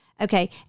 Okay